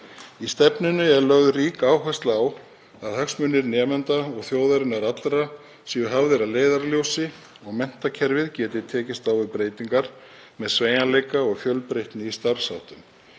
Í stefnunni er lögð rík áhersla á að hagsmunir nemenda og þjóðarinnar allrar séu hafðir að leiðarljósi og menntakerfið geti tekist á við breytingar með sveigjanleika og fjölbreytni í starfsháttum.